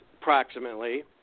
approximately